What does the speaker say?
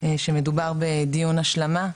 שמדובר בדיון השלמה,